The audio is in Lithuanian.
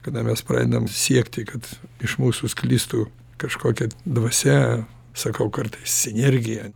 kada mes pradedam siekti kad iš mūsų sklistų kažkokia dvasia sakau kartais sinergija